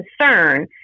concern